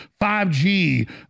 5g